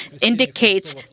indicates